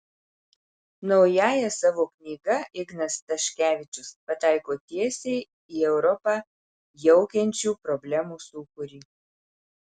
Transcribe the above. naująja savo knyga ignas staškevičius pataiko tiesiai į europą jaukiančių problemų sūkurį